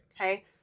Okay